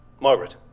Margaret